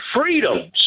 freedoms